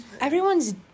Everyone's